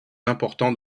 importants